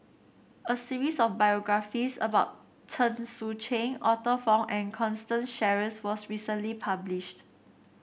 a series of biographies about Chen Sucheng Arthur Fong and Constance Sheares was recently published